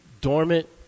dormant